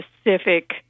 specific